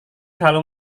selalu